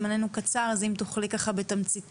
זמננו קצר אז אם תוכלי בתמציתיות.